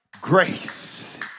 grace